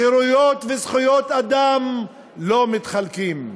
חירויות וזכויות אדם לא מתחלקות.